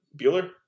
Bueller